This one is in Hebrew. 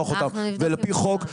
נבדוק את כולם.